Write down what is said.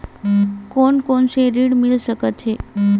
कोन कोन से ऋण मिल सकत हे?